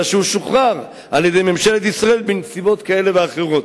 אלא שהוא שוחרר על-ידי ממשלת ישראל בנסיבות כאלה ואחרות.